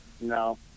No